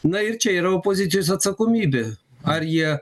na ir čia yra opozicijos atsakomybė ar jie